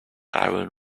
iron